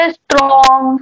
strong